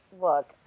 look